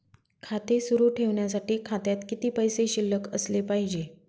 खाते सुरु ठेवण्यासाठी खात्यात किती पैसे शिल्लक असले पाहिजे?